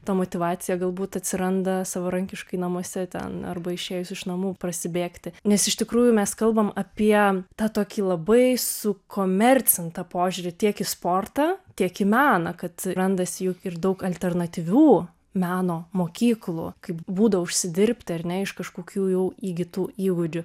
ta motyvacija galbūt atsiranda savarankiškai namuose ten arba išėjus iš namų prasibėgti nes iš tikrųjų mes kalbam apie tą tokį labai sukomercintą požiūrį tiek į sportą tiek į meną kad randasi juk ir daug alternatyvių meno mokyklų kaip būdo užsidirbti ar ne iš kažkokių jau įgytų įgūdžių